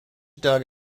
dug